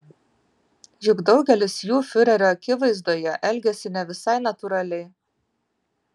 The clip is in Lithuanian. juk daugelis jų fiurerio akivaizdoje elgiasi ne visai natūraliai